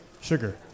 sugar